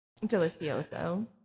Delicioso